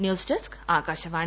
news desk Akashvani